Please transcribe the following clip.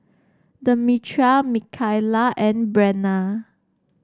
Demetria Mikaila and Brenna